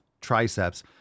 triceps